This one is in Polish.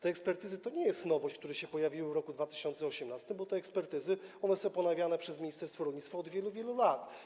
Te ekspertyzy to nie jest nowość, która pojawiła się w roku 2018, bo te ekspertyzy są ponawiane przez ministerstwo rolnictwa od wielu, wielu lat.